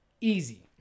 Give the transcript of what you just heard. easy